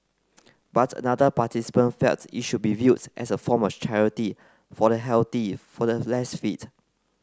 but another participant felt it should be viewed as a form of charity for the healthy for the less fit